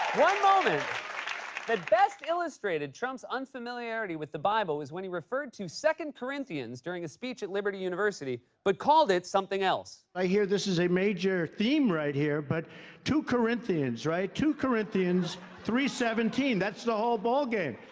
one moment that best illustrated trump's unfamiliarity with the bible was when he referred to second corinthians during a speech at liberty university but called it something else. i hear this is a major theme right here, but two corinthians, right, two corinthians three seventeen, that's the whole ball game.